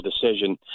decision